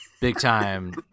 big-time